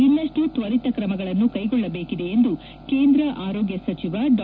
ಇನ್ನಷ್ಟು ಶ್ವರಿತ ಕ್ರಮಗಳನ್ನು ಕೈಗೊಳ್ಳಬೇಕಿದೆ ಎಂದು ಕೇಂದ್ರ ಆರೋಗ್ಯ ಸಚಿವ ಡಾ